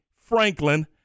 Franklin